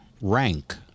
rank